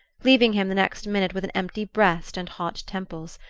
leaving him, the next minute, with an empty breast and hot temples.